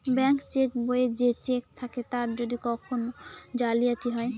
bank cheque বইয়ে যে cheque থাকে তার যদি কখন জালিয়াতি হয়